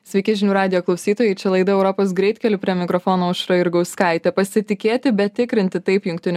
sveiki žinių radijo klausytojai čia laida europos greitkeliu prie mikrofono aušra jurgauskaitė pasitikėti bet tikrinti taip jungtinių